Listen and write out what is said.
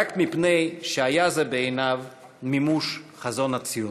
רק מפני שהיה זה בעיניו מימוש חזון הציונות.